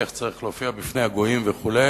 איך צריך להופיע בפני הגויים וכו',